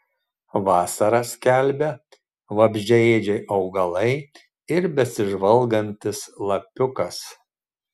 vasarą skelbia vabzdžiaėdžiai augalai ir besižvalgantis lapiukas